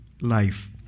life